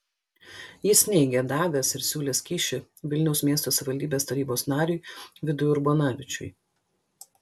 jis neigė davęs ir siūlęs kyšį vilniaus miesto savivaldybės tarybos nariui vidui urbonavičiui